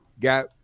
got